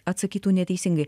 atsakytų neteisingai